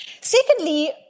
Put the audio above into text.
Secondly